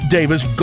Davis